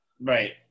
Right